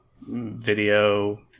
video